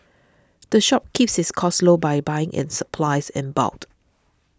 the shop keeps its costs low by buying its supplies in bulk